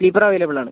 sleeper available ആണ്